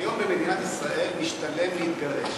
היום במדינת ישראל משתלם להתגרש.